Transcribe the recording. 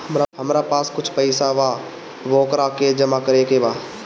हमरा पास कुछ पईसा बा वोकरा के जमा करे के बा?